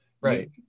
Right